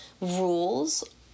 rules